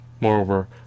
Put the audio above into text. Moreover